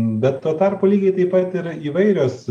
bet tuo tarpu lygiai taip pat ir įvairios